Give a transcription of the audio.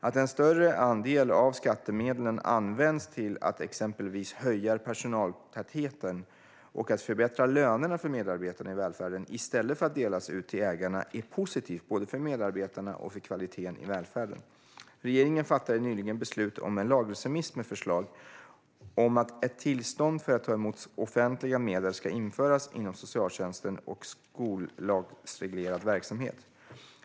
Att en större andel av skattemedlen används till att exempelvis höja personaltätheten och att förbättra lönerna för medarbetarna i välfärden i stället för att delas ut till ägarna är positivt både för medarbetarna och för kvaliteten i välfärden. Regeringen fattade nyligen beslut om en lagrådsremiss med förslag om att ett tillstånd för att ta emot offentliga medel ska införas inom socialtjänsten och skollagsreglerad verksamhet.